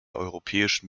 europäischen